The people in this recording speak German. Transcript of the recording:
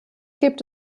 gibt